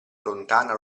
lontana